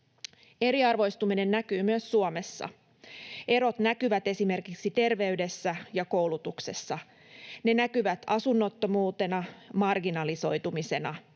Eriarvoistuminen näkyy myös Suomessa. Erot näkyvät esimerkiksi terveydessä ja koulutuksessa. Ne näkyvät asunnottomuutena, marginalisoitumisena.